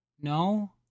No